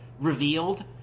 revealed